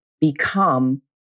become